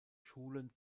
schulen